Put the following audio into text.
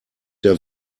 der